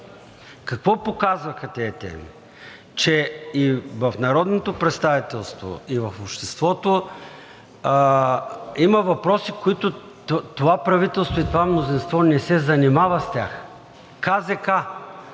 Какво показваха тези теми – че и в народното представителство, и в обществото има въпроси, които това правителство и това мнозинство не се занимава с тях. КЗК –